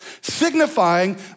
signifying